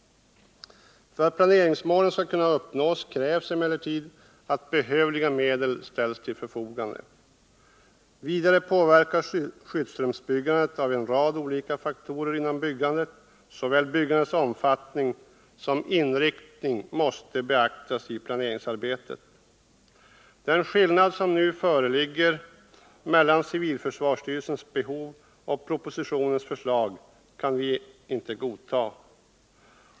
För att planeringsmålen skall kunna uppnås krävs emellertid att behövliga medel ställs till förfogande. Vidare påverkas skyddsrumsbyggandet av en rad olika faktorer inom byggandet — såväl byggandets omfattning som inriktning måste beaktas i planeringsarbetet. Den skillnad som nu föreligger mellan civilförsvarsstyrelsens behov och propositionens förslag kan vi inte godta.